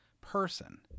person